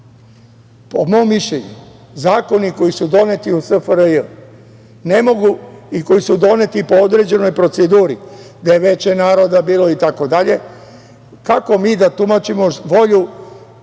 mom mišljenju, zakoni koji su doneti u SFRJ ne mogu, i koji su doneti po određenoj proceduri, gde je Veće naroda bilo itd, kako mi da tumačimo volju